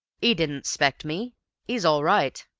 e didn't expect me e's all right.